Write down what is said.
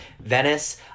Venice